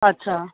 अच्छा